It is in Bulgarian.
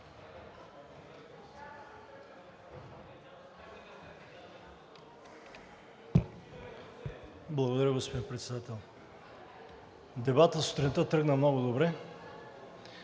Благодаря, господин Председател. Дебатът сутринта тръгна много добре